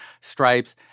stripes